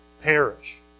perish